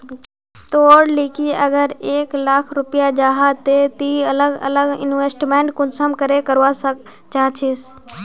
तोर लिकी अगर एक लाख रुपया जाहा ते ती अलग अलग इन्वेस्टमेंट कुंसम करे करवा चाहचिस?